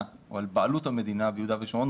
או על בעלות המדינה ביהודה ושומרון,